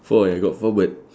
four I got four bird